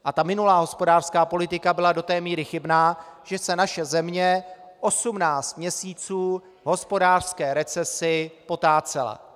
A ta minulá hospodářská politika byla do té míry chybná, že se naše země 18 měsíců v hospodářské recesi potácela.